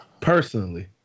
Personally